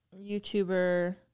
youtuber